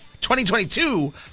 2022